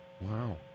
Wow